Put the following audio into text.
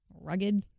rugged